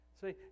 See